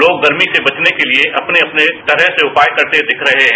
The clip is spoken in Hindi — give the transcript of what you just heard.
लोग गर्मी से बचने को लिए अपने अपने तरह से उपाय करते दिख रहे हैं